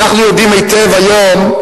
אנחנו יודעים היטב היום,